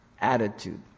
Attitude